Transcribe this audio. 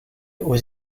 aux